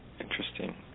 Interesting